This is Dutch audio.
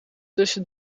tussen